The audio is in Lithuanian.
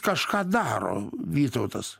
kažką daro vytautas